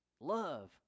Love